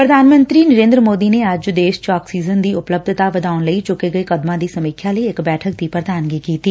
ਪ੍ਰਧਾਨ ਮੰਤਰੀ ਨਰੇਦਰ ਮੋਦੀ ਨੇ ਅੱਜ ਦੇਸ਼ ਚ ਆਕਸੀਜਨ ਦੀ ਉਪਲਬੱਧਤਾ ਵਧਾਉਣ ਲਈ ਚੂੱਕੇ ਗਏ ਕਦਮ ਦੀ ਸਮੀਖਿਆ ਲਈ ਇਕ ਬੈਠਕ ਦੀ ਪ੍ਰਧਾਨਗੀ ਕੀਤੀ